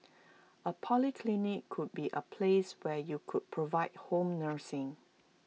A polyclinic could be A place where you could provide home nursing